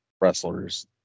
wrestlers